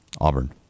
Auburn